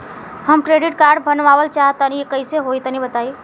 हम credit card बनवावल चाह तनि कइसे होई तनि बताई?